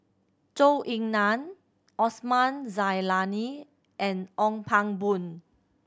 Zhou Ying Nan Osman Zailani and Ong Pang Boon